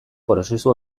prozesu